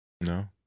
No